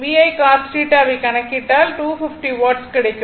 VI cos θ வை கணக்கிட்டால் 250 watts கிடைக்கும்